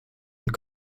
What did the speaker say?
und